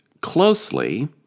closely